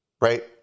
right